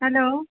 hello